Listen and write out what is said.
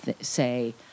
say